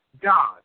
God